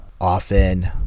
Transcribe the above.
often